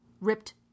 ripped